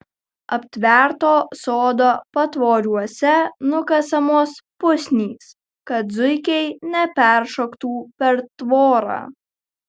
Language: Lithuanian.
aptverto sodo patvoriuose nukasamos pusnys kad zuikiai neperšoktų per tvorą